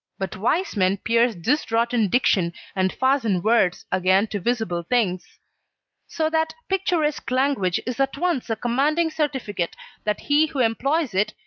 but wise men pierce this rotten diction and fasten words again to visible things so that picturesque language is at once a commanding certificate that he who employs it,